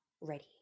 ready